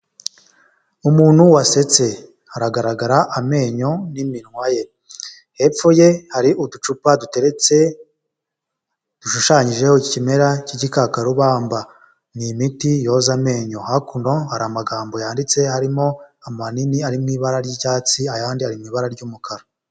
Umuntu wasetse, hagaragara amenyo n'iminwa ye, hepfo ye hari uducupa duteretse dushushanyijeho ikimera k'igikakarubamba, ni imiti yoza amenyo, hakuno hari amagambo yanditse harimo amanini ari mu ibara ry'icyatsi, ayandi ari mu ibara ry'umukara.